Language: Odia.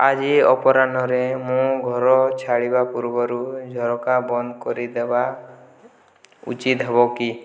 ଆଜି ଅପରାହ୍ନରେ ମୁଁ ଘର ଛାଡ଼ିବା ପୂର୍ବରୁ ଝରକା ବନ୍ଦ କରିଦେବା ଉଚିତ ହେବ କି